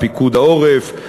פיקוד העורף,